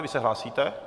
Vy se hlásíte?